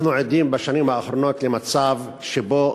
אנחנו עדים בשנים האחרונות למצב שבו